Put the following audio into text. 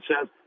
says